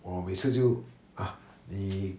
我每次就 ah 你